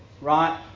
Right